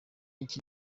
iki